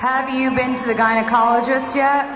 have you been to the gynecologist ye